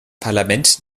parlament